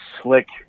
slick